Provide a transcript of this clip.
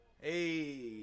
Hey